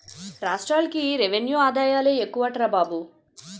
రాష్ట్రాలకి రెవెన్యూ ఆదాయాలే ఎక్కువట్రా బాబు